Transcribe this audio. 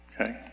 Okay